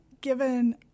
given